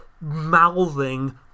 mouthing